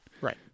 Right